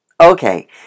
Okay